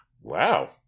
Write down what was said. Wow